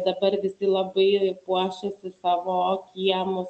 dabar visi labai puošia savo kiemus